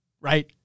right